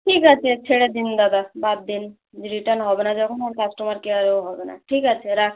ঠিক আছে ছেড়ে দিন দাদা বাদ দিন রিটার্ন হবে না যখন আর কাস্টোমার কেয়ারেও হবে না ঠিক আছে রাখছি